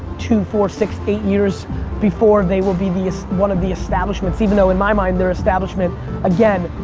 two, four, six, eight years before they will be be one of the establishments, even though in my mind they're establishment again.